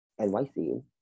NYC